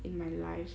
in my life